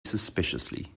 suspiciously